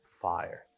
fire